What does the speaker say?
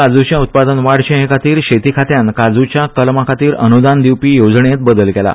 काज्चे उत्पादन वाडचे़ हे खातीर शेती खात्यान काज्ंच्या कलमा खातीर अन्दान दिवपी येवजणेत बदल केला